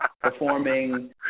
performing